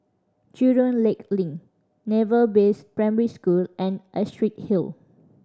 Jurong Lake Link Naval Base Primary School and Astrid Hill